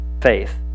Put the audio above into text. faith